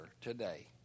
today